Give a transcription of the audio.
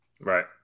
Right